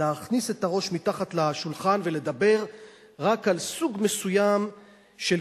להכניס את הראש מתחת לשולחן ולדבר רק על סוג מסוים של גזענות,